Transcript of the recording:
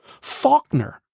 Faulkner